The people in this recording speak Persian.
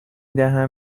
دهم